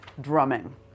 drumming